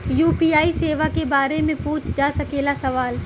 UPI सेवा के बारे में पूछ जा सकेला सवाल?